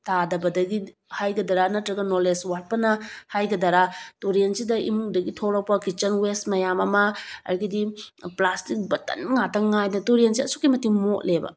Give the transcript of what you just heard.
ꯇꯥꯗꯕꯗꯒꯤ ꯍꯥꯏꯒꯗ꯭ꯔꯥ ꯅꯠꯇ꯭ꯔꯒ ꯅꯣꯂꯦꯖ ꯋꯥꯠꯄꯅ ꯍꯥꯏꯒꯗꯔꯥ ꯇꯨꯔꯦꯜꯁꯤꯗ ꯏꯃꯨꯡꯗꯒꯤ ꯊꯣꯛꯂꯛꯄ ꯀꯤꯠꯆꯟ ꯋꯦꯁ ꯃꯌꯥꯝ ꯑꯃ ꯑꯗꯒꯤꯗꯤ ꯄ꯭ꯂꯥꯁꯇꯤꯛ ꯕꯠꯇꯟ ꯉꯥꯛꯇ ꯉꯥꯏꯗꯅ ꯇꯨꯔꯦꯜꯁꯦ ꯑꯁꯨꯛꯀꯤ ꯃꯇꯤꯛ ꯃꯣꯠꯂꯦꯕ